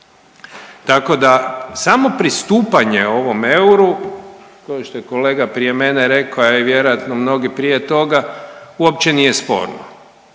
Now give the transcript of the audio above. Tako da samo pristupanje ovom euru kao što je kolega prije mene rekao, a i vjerojatno mnogi prije toga uopće nije sporno,